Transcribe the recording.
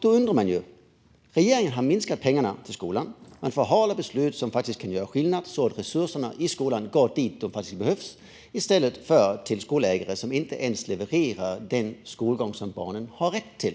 Då undrar man ju; regeringen har minskat pengarna till skolan. Man förhalar beslut som faktiskt kan göra skillnad, så att resurserna i skolan går dit där de faktiskt behövs, i stället för till skolägare som inte ens levererar den skolgång som barnen har rätt till.